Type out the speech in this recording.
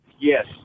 Yes